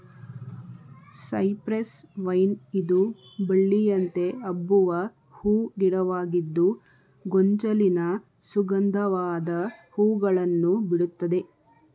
cypress vine ಇದು ಬಳ್ಳಿಯಂತೆ ಹಬ್ಬುವ ಹೂ ಗಿಡವಾಗಿದ್ದು ಗೊಂಚಲಿನ ಸುಗಂಧವಾದ ಹೂಗಳನ್ನು ಬಿಡುತ್ತದೆ